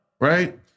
right